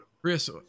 Chris